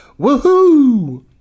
Woohoo